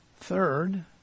Third